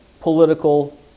political